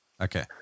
Okay